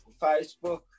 facebook